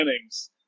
innings